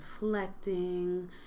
reflecting